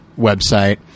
website